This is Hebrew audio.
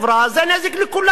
זה נזק לכולם.